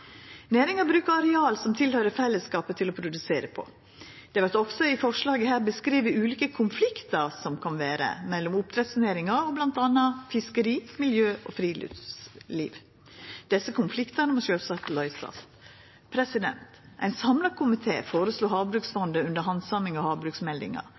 Næringa bruker areal som tilhøyrer fellesskapet til å produsera på. Det vert også i forslaget her beskrive ulike konfliktar som kan vera mellom oppdrettsnæringa og bl.a. fiskeri, miljø og friluftsliv. Desse konfliktane må sjølvsagt løysast. Ein samla komité føreslo havbruksfondet under handsaminga av havbruksmeldinga.